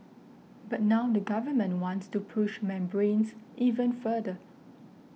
but now the Government wants to push membranes even further